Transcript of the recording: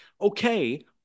Okay